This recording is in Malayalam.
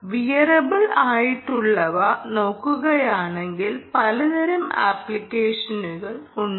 വിയറിബിൾ ആയിട്ടുള്ളവ നോക്കുകയാണെങ്കിൽ പലതരം ആപ്പിക്കേഷനുകൾ ഉണ്ട്